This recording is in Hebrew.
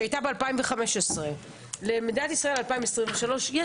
שהיתה ב-2015 ועד 2023,